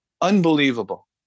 unbelievable